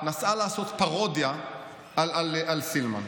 נסעה לעשות פרודיה על סילמן.